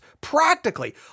practically